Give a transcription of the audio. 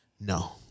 No